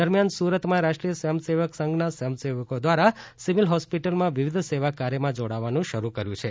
દરમ્યાન સુરતમાં રાષ્ટ્રીય સ્વયંસેવક સંઘના સ્વયંસેવકો દ્વારા સિવિલ હોસ્પિટલમાં વિવિધ સેવા કાર્યમાં જોડાવાનું શરૂ કર્યું છે